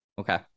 Okay